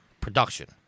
production